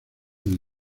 del